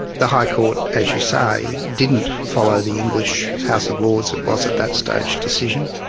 the high court, as you say, didn't follow the english house of lords it was at that stage, decision,